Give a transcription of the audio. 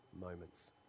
moments